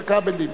את הכבלים.